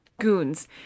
goons